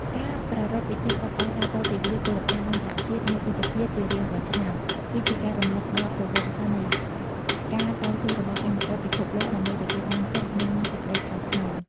ការប្រារព្ធពិធីអបអរសាទរទិវាពលកម្មអន្តរជាតិ ១ ឧសភា ជារៀងរាល់ឆ្នាំ គឺជាការរំលឹកដល់ប្រវត្តិសាស្ត្រនៃការតស៊ូរបស់កម្មករពិភពលោក ដើម្បីទទួលបានសិទ្ធិ និងសេចក្តីថ្លៃថ្នូរ។